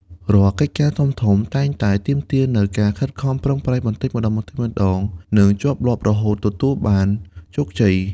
រាល់កិច្ចការធំៗតែងតែទាមទារនូវ ការខិតខំប្រឹងប្រែងបន្តិចម្តងៗ និងជាប់លាប់រហូតទទួលបានជោគជ័យ។